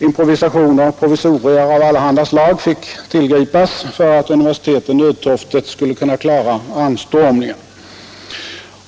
Improvisationer och provisorier av allehanda slag fick tillgripas för att universiteten nödtorftigt skulle kunna klara anstormningen.